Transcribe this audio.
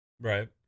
right